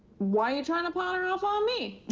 why you trying to pawn her off on me?